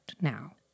now